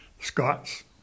Scots